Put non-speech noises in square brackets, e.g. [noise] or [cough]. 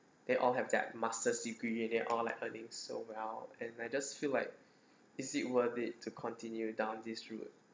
they all have their master's degree and they're all like earning so well and I just feel like [breath] is it worth it to continue down this route